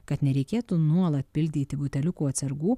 kad nereikėtų nuolat pildyti buteliukų atsargų